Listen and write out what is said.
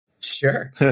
Sure